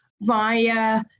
via